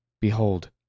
Behold